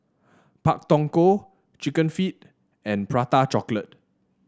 Pak Thong Ko chicken feet and Prata Chocolate